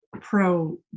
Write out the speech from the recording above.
pro